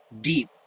deep